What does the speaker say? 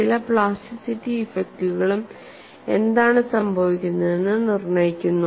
ചില പ്ലാസ്റ്റിറ്റി ഇഫക്റ്റുകളും എന്താണ് സംഭവിക്കുന്നതെന്ന് നിർണ്ണയിക്കുന്നു